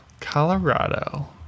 Colorado